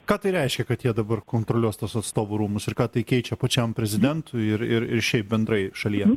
ką tai reiškia kad jie dabar kontroliuos tuos atstovų rūmus ir ką tai keičia pačiam prezidentui ir ir ir šiaip bendrai šalyje